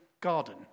garden